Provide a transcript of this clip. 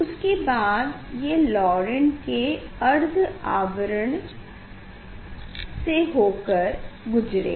उसके बाद ये के अर्ध आवरण से हो कर गुजरेगा